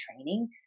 training